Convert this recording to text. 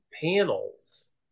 panels